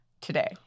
today